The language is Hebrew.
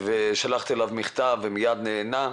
שלחתי אליו מכתב והוא מיד נענה.